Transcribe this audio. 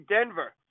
Denver